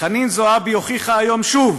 חנין זועבי הוכיחה היום שוב